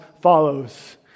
follows